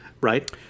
right